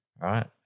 right